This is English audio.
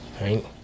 Right